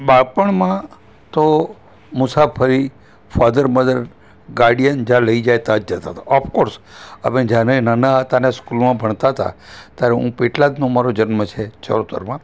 બાળપણમાં તો મુસાફરી ફાધર મધર ગાર્ડીયન જ્યાં લઈ જાય તાં જ જતાં તા ઓફકોર્સ આપણે જ્યારે નાના હતા ને સ્કૂલમાં ભણતા હતા ત્યારે હું પેટલાદનો મારો જન્મ છે ચરોતરમાં